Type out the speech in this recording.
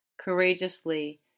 courageously